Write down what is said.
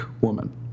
woman